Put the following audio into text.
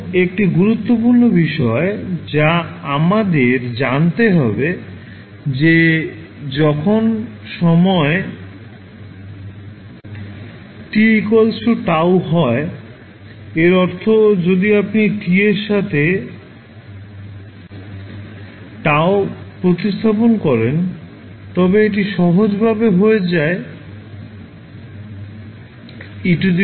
এখন একটি গুরুত্বপূর্ণ বিষয় যা আমাদের জানতে হবে যে যখন সময় t τ হয় এর অর্থ যদি আপনি t এর সাথে τ প্রতিস্থাপন করেন তবে এটি সহজভাবে হবে হয়ে যায় e−1